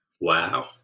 Wow